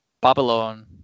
Babylon